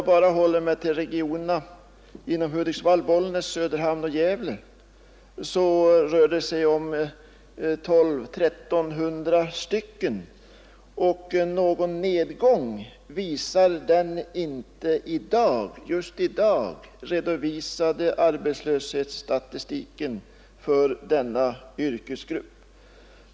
Enbart inom regionerna Ljusdal, Hudiksvall, Bollnäs, Söderhamn och Gävle finns 1 200—-1 300 arbetslösa byggnadsarbetare, och den just i dag redovisade arbetslöshetsstatistiken visar inte någon nedgång för denna yrkesgrupp.